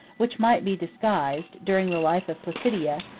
which might be disguised, during the life of placidia,